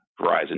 Verizon